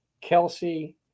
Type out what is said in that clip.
Kelsey